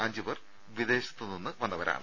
അഞ്ചുപേർ വിദേശത്തുനിന്ന് വന്നവരാണ്